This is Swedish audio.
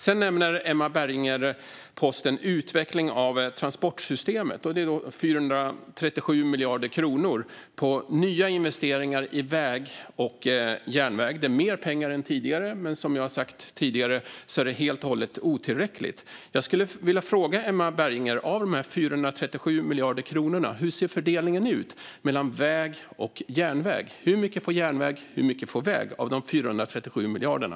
Sedan nämner Emma Berginger posten utveckling av transportsystemet, med 437 miljarder kronor till nya investeringar i väg och järnväg. Det är mer pengar än tidigare, men som jag har sagt tidigare är det helt och hållet otillräckligt. Jag skulle vilja fråga Emma Berginger: Av de här 437 miljarder kronorna, hur ser fördelningen ut mellan väg och järnväg? Hur mycket går till järnväg och hur mycket till väg av de 437 miljarderna?